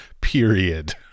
period